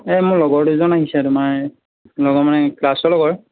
এই মোৰ লগৰ দুজন আহিছে তোমাৰ লগৰ মানে ক্লাছৰ লগৰ